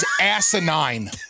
asinine